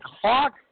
clock